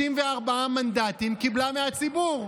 64 מנדטים היא קיבלה מהציבור.